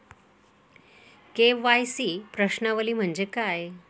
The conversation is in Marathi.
के.वाय.सी प्रश्नावली म्हणजे काय?